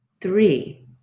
three